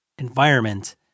environment